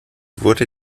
wurde